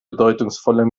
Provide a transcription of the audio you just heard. bedeutungsvoller